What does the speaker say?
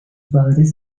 padres